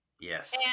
Yes